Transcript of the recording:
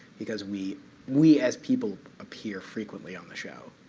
because we we as people appear frequently on the show.